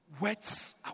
wets